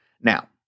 Now